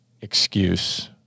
excuse